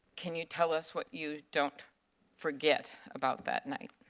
can you tell us what you don't forget about that night?